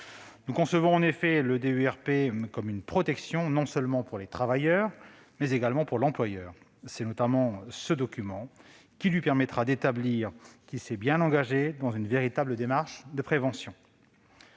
Nous concevons en effet le DUERP comme une protection, non seulement pour les travailleurs, mais également pour l'employeur. C'est notamment ce document qui lui permettra d'établir qu'il s'est bien engagé dans une véritable démarche de prévention.